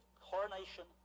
coronation